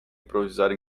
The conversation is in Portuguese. improvisar